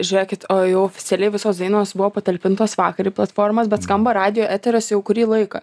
žiūrėkit o jau oficialiai visos dainos buvo patalpintos vakar į platformas bet skamba radijo eterys jau kurį laiką